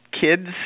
Kids